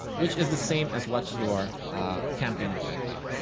which is the same as watch your campaign objective?